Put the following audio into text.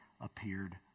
appeared